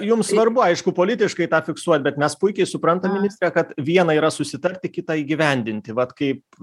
jums svarbu aišku politiškai tą fiksuot bet mes puikiai suprantam ministre kad viena yra susitarti kita įgyvendinti vat kaip